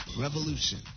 revolution